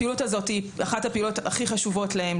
הפעילות הזו היא אחת הפעילויות הכי חשובות להם,